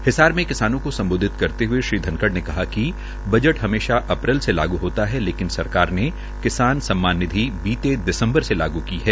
हिसार में किसानों को सम्बोधित करते हये श्री धनखड़ ने कहा कि बजट हमेशा अप्रेल से लागू होता है लेकिन सरकार ने किसान सम्मान निधि बीते दिसम्बर से लागू की है